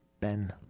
Ben